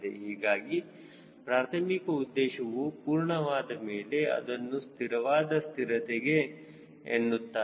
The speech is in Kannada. ಹೀಗಾಗಿ ಪ್ರಾರ್ಥಮಿಕ ಉದ್ದೇಶವು ಪೂರ್ಣವಾದ ಮೇಲೆ ಅದನ್ನು ಸ್ಥಿರವಾದ ಸ್ಥಿರತೆ ಎನ್ನುತ್ತಾರೆ